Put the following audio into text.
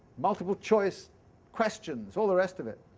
multiple choice questions, all the rest of it.